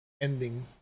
ending